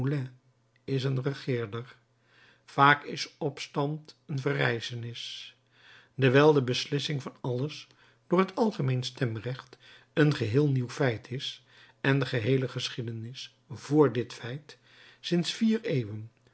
is een regeerder vaak is opstand een verrijzenis dewijl de beslissing van alles door het algemeen stemrecht een geheel nieuw feit is en de geheele geschiedenis vr dit feit sinds vier eeuwen